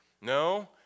No